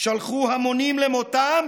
ושלחו המונים למותם,